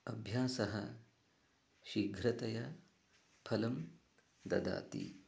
अभ्यासः शीघ्रतया फलं ददाति